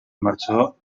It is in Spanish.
marchó